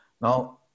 Now